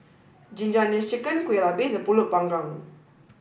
Ginger Onions Chicken Kueh Lapis and Pulut panggang